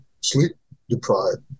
sleep-deprived